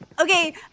Okay